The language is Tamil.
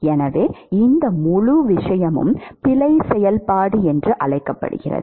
எனவே இந்த முழு விஷயமும் பிழை செயல்பாடு என்று அழைக்கப்படுகிறது